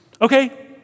Okay